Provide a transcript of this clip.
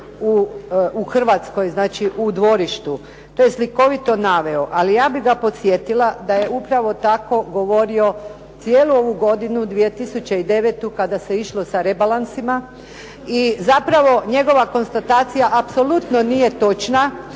u Hrvatskoj, znači u dvorištu. To je slikovito naveo. Ali ja bih ga podsjetila da je upravo tako govorio cijelu ovu godinu 2009. kada se išlo sa rebalansima i zapravo njegova konstatacija apsolutno nije točna